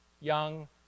young